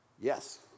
Yes